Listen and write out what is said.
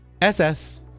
SS